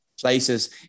places